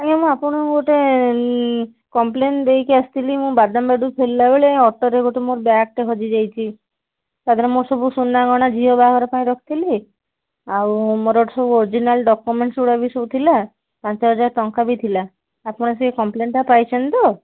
ଆଜ୍ଞା ମୁଁ ଆପଣଙ୍କୁ ଗୋଟେ କମ୍ପ୍ଲେନ୍ ଦେଇକି ଆସିଥିଲି ମୁଁ ବାଦାମବାଡ଼ିରୁ ଫେରିଲା ବେଳେ ଅଟୋରେ ଗୋଟେ ମୋର ବ୍ୟାଗ୍ଟେ ହଜିଯାଇଛି ତା ଦେହରେ ମୋର ସବୁ ସୁନା ଗହଣା ଝିଅ ବାହାଘର ପାଇଁ ରଖିଥିଲି ଆଉ ମୋର ସବୁ ଅରିଜିନାଲ୍ ଡକ୍ୟୁମେଣ୍ଟସ୍ ସେଗୁଡ଼ାକ ବି ସବୁ ଥିଲା ପାଞ୍ଚ ହଜାର ଟଙ୍କା ବି ଥିଲା ଆପଣ ସେ କମ୍ପ୍ଲେନ୍ଟା ପାଇଛନ୍ତି ତ